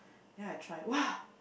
then I try !wah!